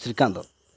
Srikanth